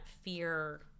fear